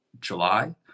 July